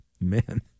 Man